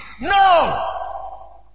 no